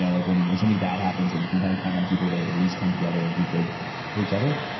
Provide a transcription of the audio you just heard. yeah like when something bad happens that you can kind of count on people to at least come together and do good for each other,